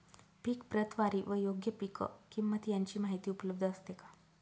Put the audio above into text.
पीक प्रतवारी व योग्य पीक किंमत यांची माहिती उपलब्ध असते का?